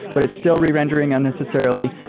but it's still re-rendering unnecessarily.